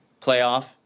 playoff